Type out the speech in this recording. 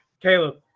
Caleb